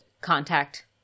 contact